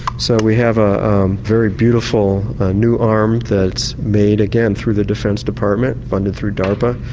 so we have a very beautiful new arm that's made, again, through the defence department funded through darpa.